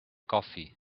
coffee